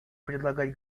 предлагать